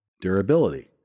Durability